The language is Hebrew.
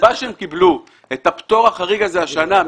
הסיבה שהם קיבלו את הפטור החריג הזה השנה,